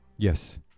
Yes